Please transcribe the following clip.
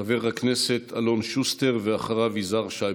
חבר הכנסת אלון שוסטר, ואחריו, יזהר שי.